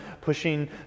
pushing